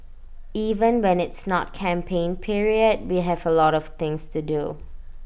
even when it's not campaign period we have A lot of things to do